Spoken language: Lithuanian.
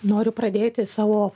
noriu pradėti savo